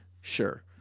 Sure